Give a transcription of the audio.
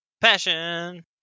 Passion